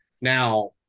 Now